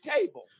table